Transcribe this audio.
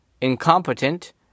incompetent